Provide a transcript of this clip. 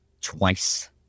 twice